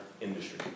industry